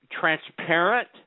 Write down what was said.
transparent